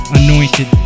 anointed